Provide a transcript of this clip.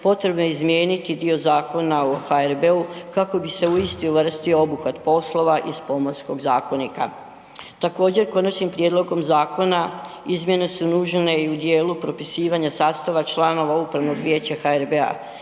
potrebno je izmijeniti dio Zakona o HRB-u kako bi se u isti uvrstio obuhvat poslova iz Pomorskog zakonika. Također, konačnim prijedlogom zakona izmjene su nužne i u dijelu propisivanja sastava članova Upravnog vijeća HRB-a.